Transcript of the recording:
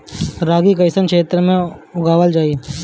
रागी कइसन क्षेत्र में उगावल जला?